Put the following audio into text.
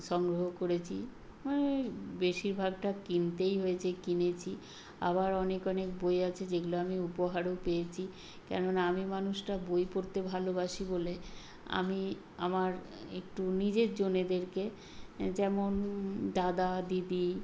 সংগ্রহ করেছি বেশিরভাগটা কিনতেই হয়েছে কিনেছি আবার অনেক অনেক বই আছে যেগুলো আমি উপহারেও পেয়েছি কেননা আমি মানুষটা বই পড়তে ভালোবাসি বলে আমি আমার একটু নিজেরজনেদেরকে যেমন দাদা দিদি